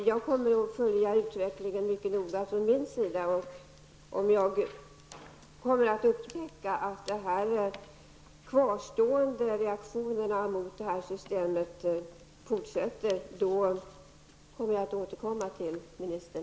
Jag kommer att följa utvecklingen mycket noga, och om jag upptäcker att reaktionerna mot systemet fortsätter kommer jag att återkomma till ministern.